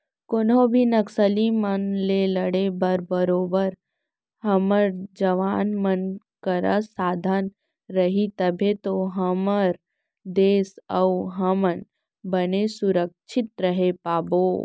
कोनो भी नक्सली मन ले लड़े बर बरोबर हमर जवान मन करा साधन रही तभे तो हमर देस अउ हमन बने सुरक्छित रहें पाबो